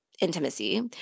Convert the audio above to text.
intimacy